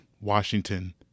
Washington